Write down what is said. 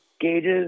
gauges